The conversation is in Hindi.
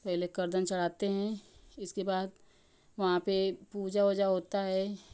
पहले कर्धन चढ़ाते हैं इसके बाद वहां पे पूजा वूजा होता है